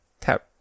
tap